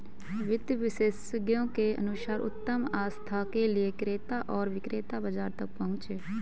वित्त विशेषज्ञों के अनुसार उत्तम आस्था के लिए क्रेता और विक्रेता बाजार तक पहुंचे